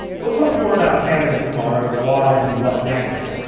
we'll talk more about canada tomorrow the whys and the what next.